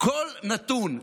בכל נתון,